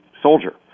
soldier